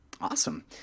Awesome